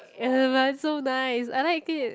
I don't know it's so nice I like it